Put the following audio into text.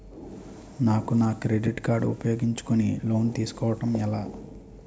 నాకు నా credit card ఉపయోగించుకుని లోన్ తిస్కోడం ఎలా?